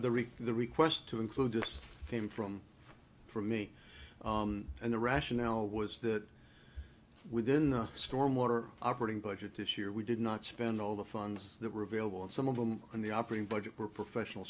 rick the request to include just came from for me and the rationale was that within the stormwater operating budget this year we did not spend all the funds that were available and some of them in the operating budget were professional